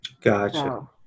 Gotcha